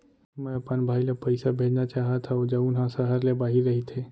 मै अपन भाई ला पइसा भेजना चाहत हव जऊन हा सहर ले बाहिर रहीथे